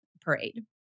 Parade